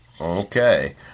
Okay